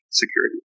security